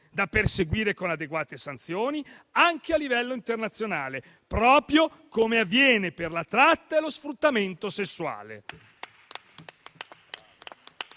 da perseguire con adeguate sanzioni, anche a livello internazionale, proprio come avviene per la tratta e lo sfruttamento sessuale.